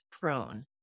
prone